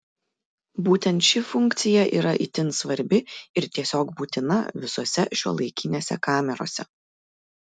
būtent ši funkcija yra itin svarbi ir tiesiog būtina visose šiuolaikinėse kamerose